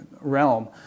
realm